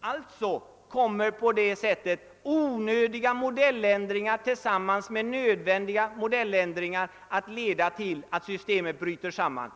Därför kommer alltså onödiga modelländringar tillsammans med nödvändiga modeländringar att leda till att systemet bryter samman.